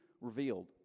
revealed